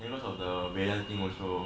because of the valen thing also